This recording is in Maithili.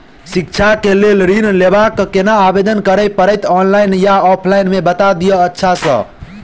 शिक्षा केँ लेल लऽ ऋण लेबाक अई केना आवेदन करै पड़तै ऑनलाइन मे या ऑफलाइन मे बता दिय अच्छा सऽ?